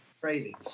crazy